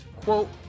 quote